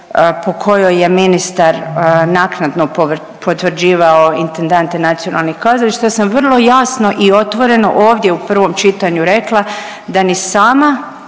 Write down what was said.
po kojoj je ministar naknadno potvrđivao intendante nacionalnih kazališta, ja sam vrlo jasno i otvoreno ovdje u prvom čitanju rekla da ni sama